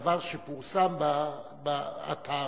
אם היית מבקש להתייחס לדבר שפורסם באתר,